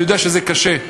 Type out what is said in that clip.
אני יודע שזה קשה,